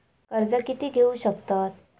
कर्ज कीती घेऊ शकतत?